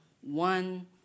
one